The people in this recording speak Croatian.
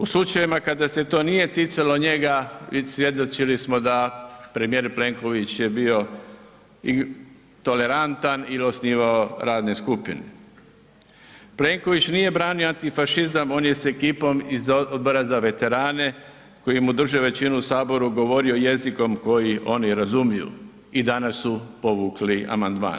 U slučajevima kada se to nije ticalo njega, svjedočili smo da premijer Plenković je bio tolerantan il osnivao radne skupine, Plenković nije branio antifašizam, on je s ekipom iz Odbora za veterane koji mu drže većinu u HS govorio jezikom koji oni razumiju i danas su povukli amandman.